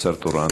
שר תורן.